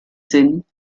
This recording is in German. sind